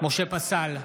משה פסל,